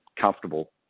comfortable